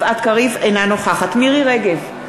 אינה נוכחת מירי רגב,